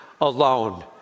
alone